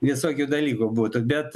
visokių dalykų būtų bet